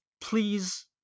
please